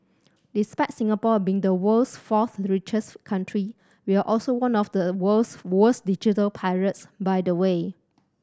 despite Singapore being the world's fourth richest country we're also one of the world's worst digital pirates by the way